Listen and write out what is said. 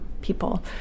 people